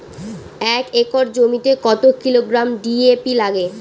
এক একর জমিতে কত কিলোগ্রাম ডি.এ.পি লাগে?